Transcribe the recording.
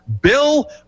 bill